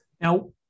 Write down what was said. Now